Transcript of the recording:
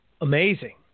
amazing